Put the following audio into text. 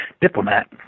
diplomat